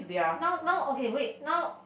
now now okay wait now